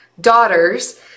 daughters